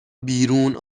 بیرون